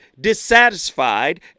dissatisfied